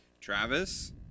Travis